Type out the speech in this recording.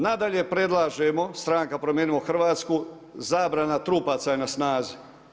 Nadalje predlažemo stranka Promijenimo Hrvatsku zabrana trupaca je na snazi.